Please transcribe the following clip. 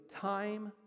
time